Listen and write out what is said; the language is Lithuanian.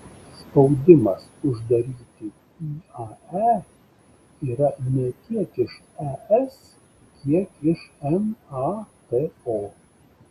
spaudimas uždaryti iae yra ne tiek iš es kiek iš nato